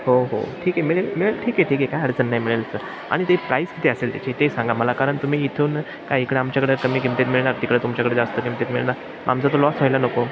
हो हो ठीक आहे मिळेल मिळेल ठीक आहे ठीक आहे काय अडचण नाही मिळेल तर आणि ते प्राईस किती असेल त्याची ते सांगा मला कारण तुम्ही इथून काय इकडे आमच्याकडे कमी किमतीत मिळणार तिकडे तुमच्याकडे जास्त किमतीत मिळणार आमचा तो लॉस व्हायला नको